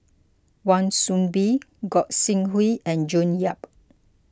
Wan Soon Bee Gog Sing Hooi and June Yap